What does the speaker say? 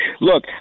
Look